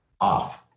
off